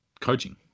coaching